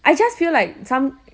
I just feel like some